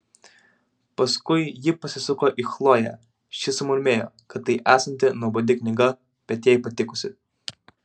paskui ji pasisuko į chloję ši sumurmėjo kad tai esanti nuobodi knyga bet jai patikusi